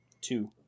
Two